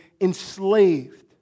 enslaved